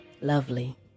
Lovely